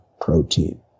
protein